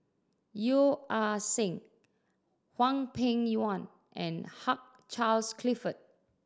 Yeo Ah Seng Hwang Peng Yuan and Hugh Charles Clifford